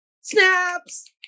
Snaps